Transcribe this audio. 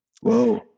Whoa